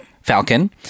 falcon